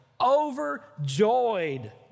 overjoyed